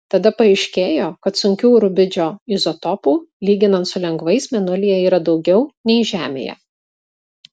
tada paaiškėjo kad sunkių rubidžio izotopų lyginant su lengvais mėnulyje yra daugiau nei žemėje